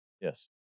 Yes